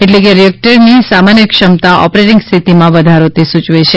એટલે કે રિએક્ટરની સામાન્ય ક્ષમતા ઑપરેટિંગ સ્થિતિમાં વધારો તે સૂચવે છે